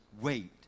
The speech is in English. wait